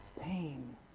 Pain